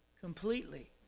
completely